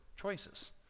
choices